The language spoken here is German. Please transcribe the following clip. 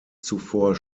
zuvor